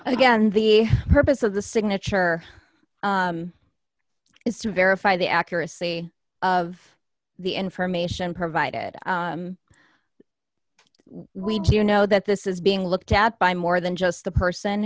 again the purpose of the signature is to verify the accuracy of the information provided we do know that this is being looked at by more than just the person